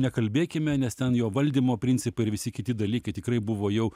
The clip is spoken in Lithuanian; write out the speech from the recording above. nekalbėkime nes ten jo valdymo principai ir visi kiti dalykai tikrai buvo jau